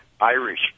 Irish